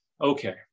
okay